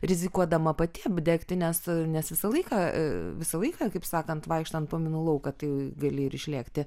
rizikuodama pati apdegti nes nes visą laiką visą laiką kaip sakant vaikštant po minų lauką tai gali ir išlėkti